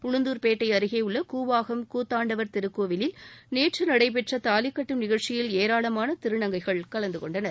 உளுந்தூர்பேட்டை அருகேயுள்ள கூவாகம் கூத்தாண்டவர் திருக்கோவிலில் நேற்று நடைபெற்ற தாலிகட்டும் நிகழ்ச்சியில் ஏராளமான திருநங்கைகள் கலந்து கொண்டனர்